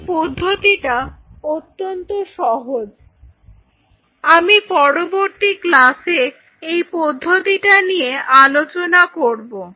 এই পদ্ধতিটা অত্যন্ত সহজ আমি পরবর্তী ক্লাসে এই পদ্ধতিটা নিয়ে আলোচনা করব